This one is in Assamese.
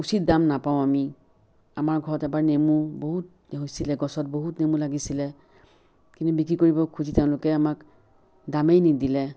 উচিত দাম নাপাওঁ আমি আমাৰ ঘৰত এবাৰ নেমু বহুত হৈছিলে গছত বহুত নেমু লাগিছিলে কিন্তু বিক্ৰী কৰিব খুজি তেওঁলোকে আমাক দামেই নিদিলে